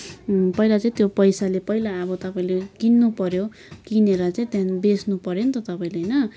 पहिला चाहिँ त्यो पैसाले पहिला अब तपाईँले किन्नु पऱ्यो किनेर चाहिँ त्यहाँदेखि बेच्नु पऱ्यो नि त तपाईँले होइन